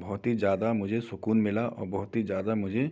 बहुत ही ज़्यादा मुझे सुकून मिला और बहुत ही ज़्यादा मुझे